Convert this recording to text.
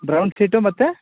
brown ಕಿಟ್ಟು ಮತ್ತು